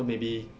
so maybe